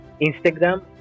Instagram